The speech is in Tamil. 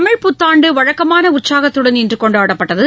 தமிழ் புத்தாண்டு வழக்கமான உற்சாகத்துடன் இன்று கொண்டாடப்பட்டது